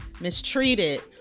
mistreated